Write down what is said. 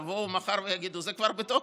יבואו מחר ויגידו: זה כבר בתוקף,